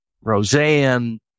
roseanne